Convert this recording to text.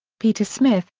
peter smith,